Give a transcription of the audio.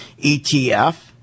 ETF